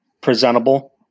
presentable